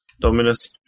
Dominus